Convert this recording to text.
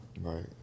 Right